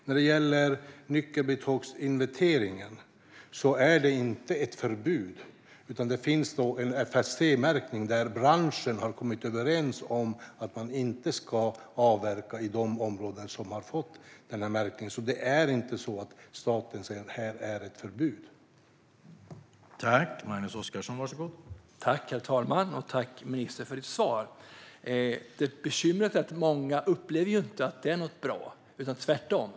Vad gäller nyckelbiotopsinventeringen handlar det inte om något förbud. Men det finns en FSC-märkning där branschen har kommit överens om att man inte ska avverka i områden som har fått denna märkning. Staten säger alltså inte att det finns ett förbud här.